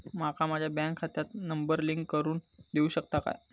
माका माझ्या बँक खात्याक नंबर लिंक करून देऊ शकता काय?